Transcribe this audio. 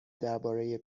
درباره